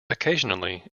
occasionally